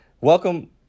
welcome